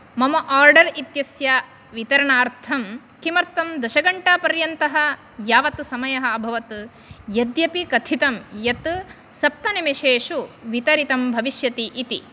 मम ओर्डर् इत्यस्य वितरणार्थम् किमर्थं दश घण्टापर्यन्तः यावत् समयः अभवत् यद्यपि कथितं यत् सप्त निमेषेषु वितरितं भविष्यति इति